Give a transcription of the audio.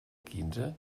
quinze